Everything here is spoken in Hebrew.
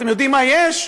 אתם יודעים מה יש?